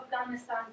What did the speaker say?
Afghanistan